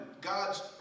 God's